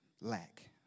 lack